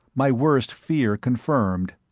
my worst fear confirmed.